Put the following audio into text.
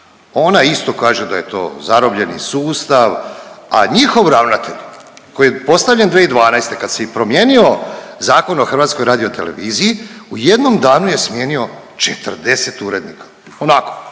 ona isto kaže da je to zarobljeni sustav, a njihov ravnatelj koji je postavljen 2012. kad se i promijenio Zakon o HRT-u u jednom danu je smijenio 40 urednika, onako